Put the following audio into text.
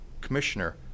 commissioner